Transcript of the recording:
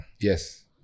Yes